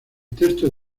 texto